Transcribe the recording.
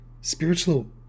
spiritual